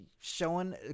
showing